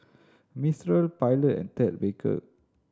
Mistral Pilot and Ted Baker